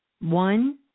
One